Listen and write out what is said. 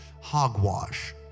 hogwash